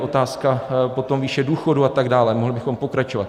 Otázka je potom výše důchodu atd., mohli bychom pokračovat.